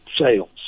sales